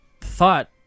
thought